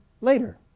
later